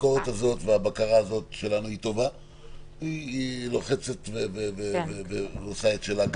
היא לוחצת ועושה את שלה,